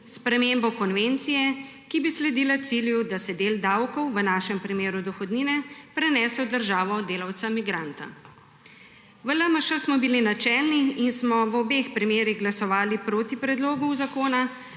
spremembo konvencije, ki bi sledila cilju, da se del davkov, v našem primeru dohodnine, prenese v državo delavca migranta. V LMŠ smo bili načelni in smo v obeh primerih glasovali proti predlogu zakona,